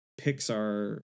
Pixar